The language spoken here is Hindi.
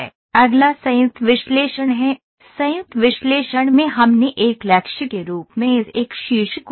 अगला संयुक्त विश्लेषण है संयुक्त विश्लेषण में हमने एक लक्ष्य के रूप में इस एक शीर्ष को जोड़ा